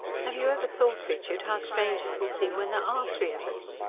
have you ever thought, richard, how strange it will seem when there are three of us?